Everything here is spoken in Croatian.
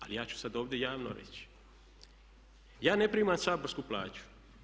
Ali ja ću sad ovdje javno reći ja ne primam saborsku plaću.